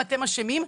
אתם אשמים.